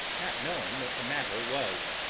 not knowing what the matter was.